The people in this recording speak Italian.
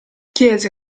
chiese